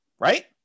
right